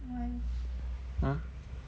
!huh! why good